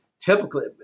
Typically